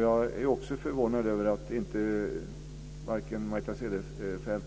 Jag är också förvånad över att varken Margareta Cederfelt